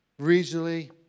regionally